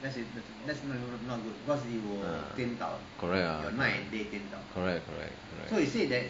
correct correct correct correct correct